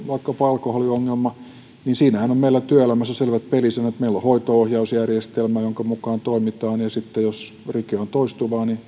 vaikkapa alkoholiongelma niin siinähän on meillä työelämässä selvät pelisäännöt meillä on hoitoonohjausjärjestelmä jonka mukaan toimitaan ja sitten jos rike on toistuva niin